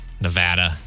Nevada